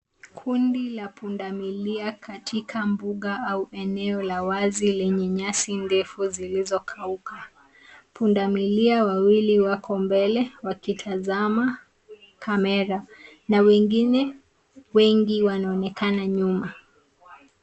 Kundi la pundamilia katika mbuga au eneo la wazi lenye nyasi ndefu zilizokauka. Pundamilia wawili wako mbele wakitazama kamera na wengine wengi wanaonekana nyuma.